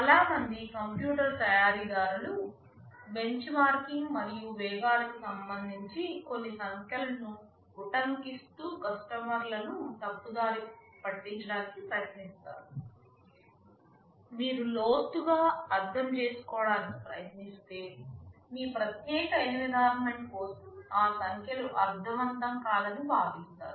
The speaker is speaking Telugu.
చాలా మంది కంప్యూటర్ తయారీదారులు బెంచ్మార్కింగ్ మరియు వేగాలకు సంబంధించి కొన్ని సంఖ్యలను ఉటంకిస్తూ కస్టమర్లను తప్పుదారి పట్టించడానికి ప్రయత్నిస్తారు మీరు లోతుగా అర్థం చేసుకోవడానికి ప్రయత్నిస్తే మీ ప్రత్యేక ఎన్విరాన్మెంట్ కోసం ఆ సంఖ్యలు అర్ధవంతం కాదని భావిస్తారు